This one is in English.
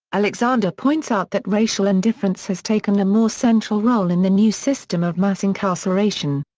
alexander points out that racial indifference has taken a more central role in the new system of mass incarceration.